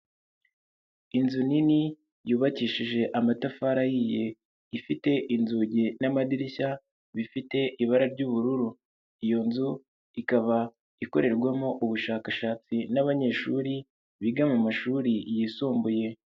Inzu nini yubakishije amatafari ahiye, ifite inzugi n'amadirishya bifite ibara ry'ubururu, iyo nzu ikaba ikorerwamo ubushakashatsi n'abanyeshuri biga mu mashuri yisumbuye.